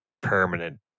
permanent